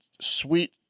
sweet